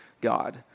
God